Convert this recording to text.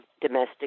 domestic